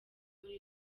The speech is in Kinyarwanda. muri